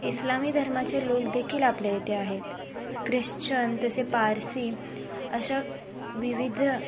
इस्लामी धर्माचे लोक देखील आपल्या इथे आहेत ख्रिश्चन तसे पारसी अशा विविध